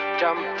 jump